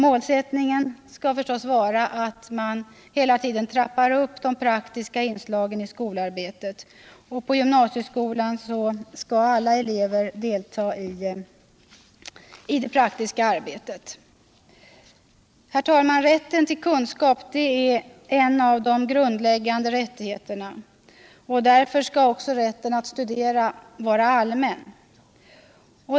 Målsättningen skall förstås vara att man hela tiden trappar upp de praktiska inslagen i skolarbetet. På gymnasieskolan skall alla delta i det praktiska arbetet. Herr talman! Rätten till kunskap är en av de grundläggande rättigheterna, och därför skall också rätten att studera vara allmän.